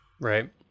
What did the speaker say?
Right